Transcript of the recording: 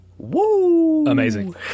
amazing